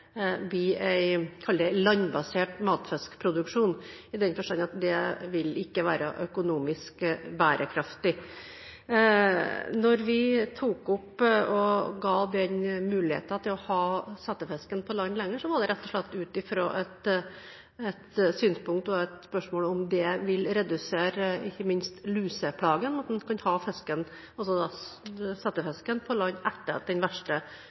at dette blir en landbasert matfiskproduksjon, i den forstand at det ikke vil være økonomisk bærekraftig. Da vi ga mulighet til å ha settefisken på land lenger, var det rett og slett ut fra det synspunkt og den tanken at det ville redusere ikke minst luseplagen, at en kan ha fisken, altså da settefisken, på land etter at den verste